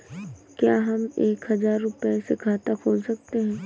क्या हम एक हजार रुपये से खाता खोल सकते हैं?